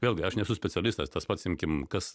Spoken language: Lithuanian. vėlgi aš nesu specialistas tas pats imkim kas